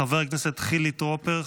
חבר הכנסת חילי טרופר,